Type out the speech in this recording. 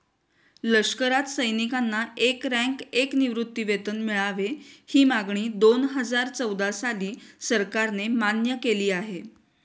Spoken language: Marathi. लष्करात सैनिकांना एक रँक, एक निवृत्तीवेतन मिळावे, ही मागणी दोनहजार चौदा साली सरकारने मान्य केली आहे